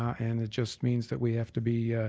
and it just means that we have to be